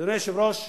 אדוני היושב-ראש,